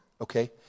okay